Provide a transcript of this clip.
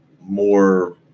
more